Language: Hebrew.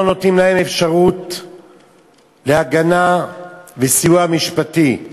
לא נותנים להם אפשרות להגנה וסיוע משפטי.